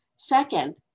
Second